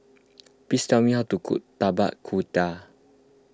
please tell me how to cook Tapak Kuda